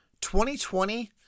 2020